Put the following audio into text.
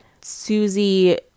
Susie